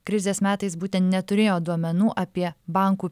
krizės metais būtent neturėjo duomenų apie bankų